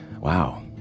Wow